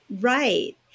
Right